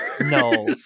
No